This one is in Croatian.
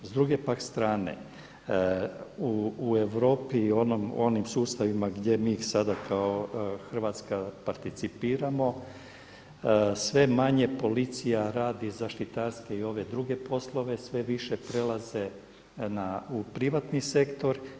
S druge pak strane u Europi i onim sustavima gdje mi sada kao Hrvatska participiramo sve manje policija radi zaštitarske i ove druge poslove, sve više prelaze u privatni sektor.